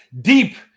deep